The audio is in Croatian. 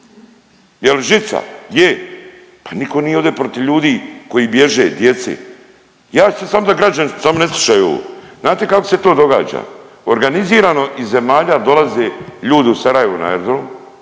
Jel žica? Je. Pa nitko nije ovdje protiv ljudi koji bježe, djece. Ja ću se samo da građani, samo ne slušaju ovo. Znate kako se to događa? Organizirano iz zemalja dolaze ljudi u Sarajevo na aerodrom,